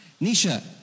Nisha